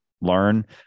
learn